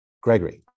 Gregory